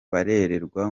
barererwa